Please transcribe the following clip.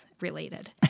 related